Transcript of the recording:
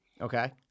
okay